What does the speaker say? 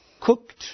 cooked